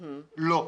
לא.